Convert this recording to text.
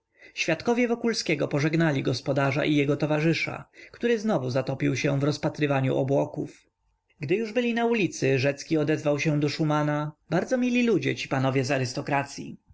świadkowie wokulskiego pożegnali gospodarza i jego towarzysza który znowu zatopił się w rozpatrywaniu obłoków gdy już byli na ulicy rzecki odezwał się do szumana bardzo mili ludzie ci panowie